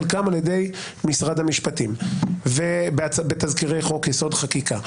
חלקם על ידי משרד המשפטים בתזכירי חוק יסוד: חקיקה.